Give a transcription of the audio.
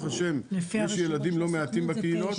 ברוך השם יש ילדים לא מעטים במחנות.